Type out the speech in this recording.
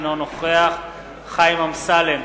אינו נוכח חיים אמסלם,